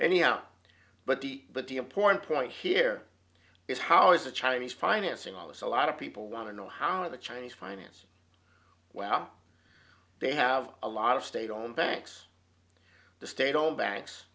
out but the but the important point here is how is the chinese financing all this a lot of people want to know how the chinese finance well they have a lot of state owned banks the state owned